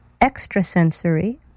extrasensory